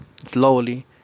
slowly